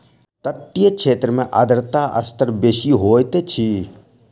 तटीय क्षेत्र में आर्द्रता स्तर बेसी होइत अछि